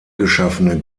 geschaffene